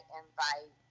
invite